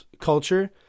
culture